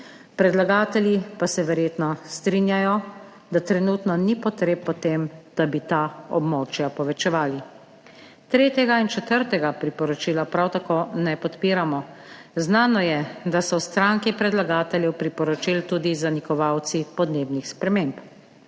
predlagatelji pa se verjetno strinjajo, da trenutno ni potreb po tem, da bi ta območja povečevali. Tretjega in četrtega priporočila prav tako ne podpiramo. Znano je, da so v stranki predlagateljev priporočil tudi zanikovalci podnebnih sprememb,